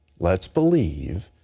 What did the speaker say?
let's believe.